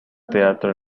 teatro